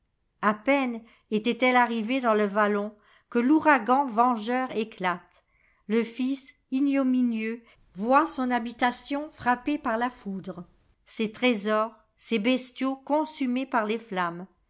a peine était-elle arrivée dans le vallon que l'ouragan vengeur éclate le fils ignominieux voit son liabilation frappée par la foudre ses trésors ses bestiaux consumés par les flammes